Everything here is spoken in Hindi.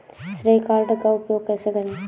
श्रेय कार्ड का उपयोग कैसे करें?